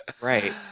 right